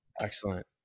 excellent